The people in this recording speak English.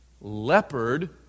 leopard